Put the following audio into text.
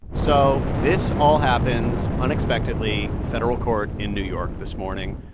so this all happens unexpectedly in federal court in new york this morning.